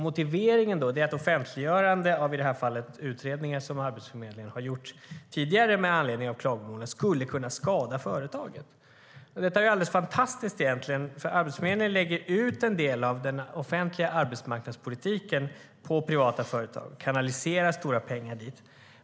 Motiveringen var att offentliggörande av utredningar som Arbetsförmedlingen gjort tidigare med anledning av klagomålen skulle kunna skada företaget. Detta är alldeles fantastiskt! Arbetsförmedlingen lägger ut en del av de arbetsuppgifter som ska utföras offentligt i enlighet med den förda arbetsmarknadspolitiken på privata företag. Stora pengar kanaliseras dit.